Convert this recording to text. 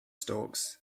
storks